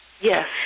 Yes